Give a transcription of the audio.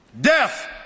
death